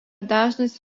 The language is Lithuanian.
dažnas